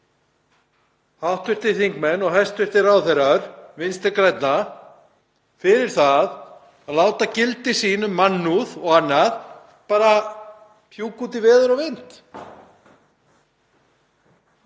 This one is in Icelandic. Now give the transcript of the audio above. fá hv. þingmenn og hæstv. ráðherrar Vinstri grænna fyrir það að láta gildi sín, mannúð og annað bara fjúka út í veður og vind?